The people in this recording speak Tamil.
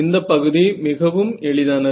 இந்தப் பகுதி மிகவும் எளிதானது